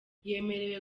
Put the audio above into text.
yemerewe